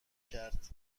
کرد